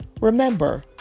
Remember